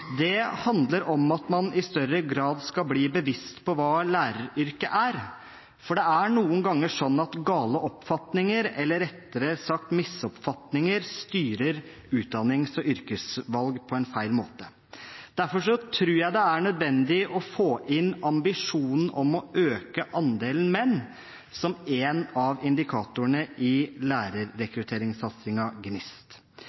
Det handler om at man i større grad skal bli bevisst på hva læreryrket er, for det er noen ganger sånn at gale oppfatninger – eller rettere sagt misoppfatninger – styrer utdannings- og yrkesvalg på en feil måte. Derfor tror jeg det er nødvendig å få ambisjonen om å øke andelen menn inn som en av indikatorene i lærerrekrutteringssatsingen GNIST.